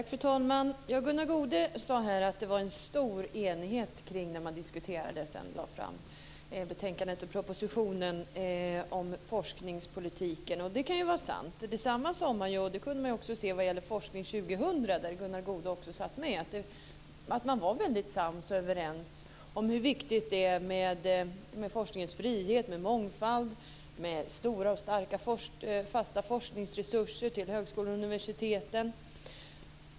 Fru talman! Gunnar Goude sade att det rådde stor enighet i diskussionen och när propositionen och betänkandet om forskningspolitiken sedan lades fram, och det kan ju vara sant. Detsamma sades om kommittén Forskning 2000, där Gunnar Goude också satt med. Man var väldigt sams och överens om hur viktigt det är med forskningens frihet, med mångfald och med stora och starka fasta forskningsresurser till högskolorna och universiteten.